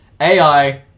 AI